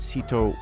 Sito